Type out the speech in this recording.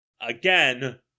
Again